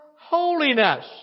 holiness